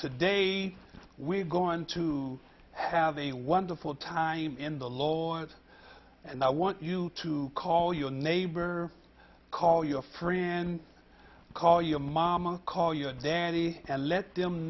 today we're going to have a wonderful time in the lord and i want you to call your neighbor call your friends call your mama call you a dandy and let them